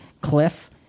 cliff